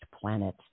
planet